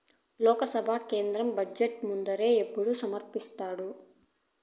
లోక్సభల కేంద్ర బడ్జెటు ఎప్పుడూ ముందరే సమర్పిస్థాండారు